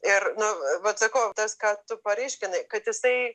ir nu vat sakau tas ką tu paryškinai kad jisai